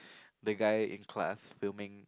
the guy in class filming